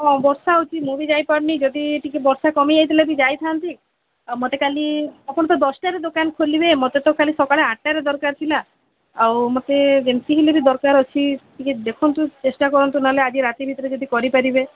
ହଁ ବର୍ଷା ହେଉଛି ମୁଁ ବି ଯାଇପାରୁନି ଯଦି ଟିକେ ବର୍ଷା କମିଯାଇଥିଲେ ବି ଯାଇଥାନ୍ତି ଆଉ ମୋତେ କାଲି ଆପଣ ତ ଦଶଟାରେ ଦୋକାନ ଖୋଲିବେ ମୋତେ ତ କାଲି ସକାଳ ଆଠଟାରେ ଦରକାର ଥିଲା ଆଉ ମୋତେ ଯେମତି ହେଲେ ବି ଦରକାର ଅଛି ଟିକେ ଦେଖନ୍ତୁ ଚେଷ୍ଟା କରନ୍ତୁ ନହେଲେ ଆଜି ରାତି ଭିତରେ ଯଦି କରିପାରିବେ